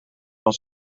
van